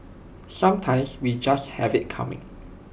sometimes we just have IT coming